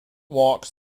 walks